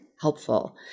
helpful